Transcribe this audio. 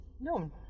No